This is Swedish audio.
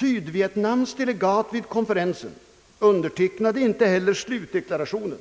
Sydvietnams delegat vid konferensen undertecknade inte heller slutdeklarationen.